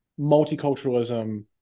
multiculturalism